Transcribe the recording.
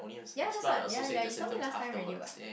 ya that's what ya ya you told me last time already what